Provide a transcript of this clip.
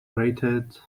rated